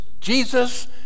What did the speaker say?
Jesus